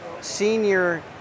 senior